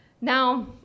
Now